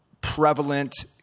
prevalent